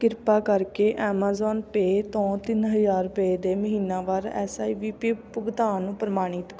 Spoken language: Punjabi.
ਕਿਰਪਾ ਕਰਕੇ ਐਮਾਜ਼ੋਨ ਪੇ ਤੋਂ ਤਿੰਨ ਹਜ਼ਾਰ ਰੁਪਏ ਦੇ ਮਹੀਨਾਵਾਰ ਐੱਸ ਆਈ ਵੀ ਪੀ ਭੁਗਤਾਨ ਨੂੰ ਪ੍ਰਮਾਣਿਤ